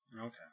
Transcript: Okay